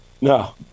no